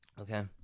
Okay